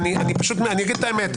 אני אגיד את האמת,